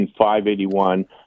581